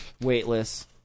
weightless